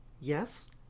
Yes